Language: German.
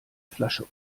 flasche